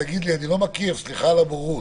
אני לא מכיר סליחה על הבורות.